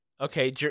Okay